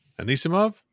Anisimov